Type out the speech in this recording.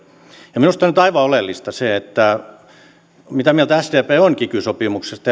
minusta on nyt aivan oleellista mitä mieltä sdp on kiky sopimuksesta